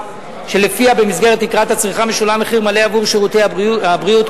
שלפיה במסגרת תקרת הצריכה משולם מחיר מלא עבור שירותי הבריאות,